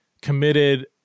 committed